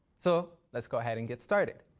so, let's go ahead and get started.